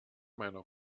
meiner